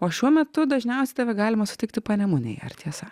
o šiuo metu dažniausiai tave galima sutikti panemunėje ar tiesa